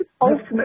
Ultimate